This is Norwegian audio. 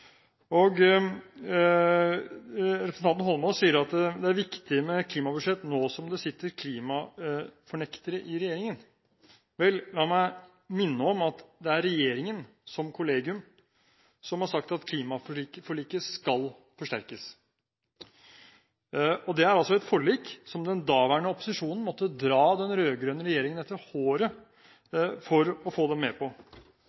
gjennomføres. Representanten Heikki Eidsvoll Holmås sier at det er viktig med klimabudsjetter nå som det sitter «klimafornektere» i regjeringen. Vel, la meg minne om at det er regjeringen som kollegium som har sagt at klimaforliket skal forsterkes, og det er altså et forlik som den daværende opposisjonen måtte dra den rød-grønne regjeringen etter håret for å få den med på.